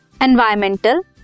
environmental